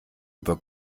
über